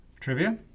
Trivia